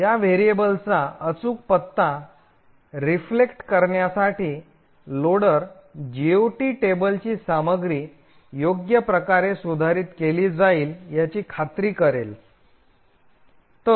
या व्हेरिएबल्सचा अचूक पत्ता प्रतिबिंबित करण्यासाठी लोडर जीओटी टेबलची सामग्री योग्य प्रकारे सुधारित केली जाईल याची खात्री करेल